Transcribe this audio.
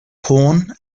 corn